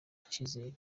icizere